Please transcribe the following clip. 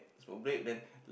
smoke break then